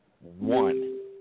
one